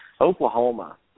Oklahoma